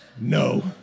No